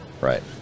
right